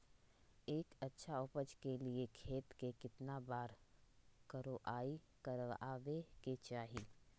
एक अच्छा उपज के लिए खेत के केतना बार कओराई करबआबे के चाहि?